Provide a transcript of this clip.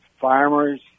farmers